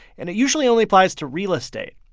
and it usually only applies to real estate.